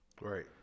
Right